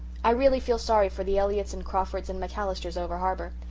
i really feel sorry for the elliotts and crawfords and macallisters over-harbour.